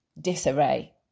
disarray